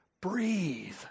breathe